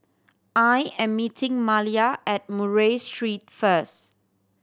I am meeting Malia at Murray Street first